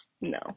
no